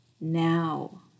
now